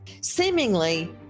seemingly